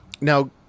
now